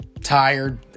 tired